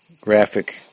graphic